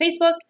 Facebook